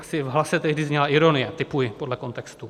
Asi v hlase tehdy zněla ironie, tipuji podle kontextu.